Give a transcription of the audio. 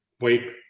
wake